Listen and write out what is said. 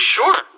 sure